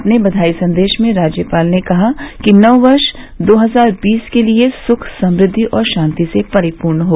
अपने बधाई संदेश में राज्यपाल ने कहा कि नववर्ष दो हजार बीस सभी के लिये सुख समृद्वि और शांति से परिपूर्ण हो